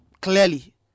clearly